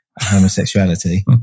homosexuality